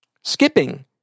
Skipping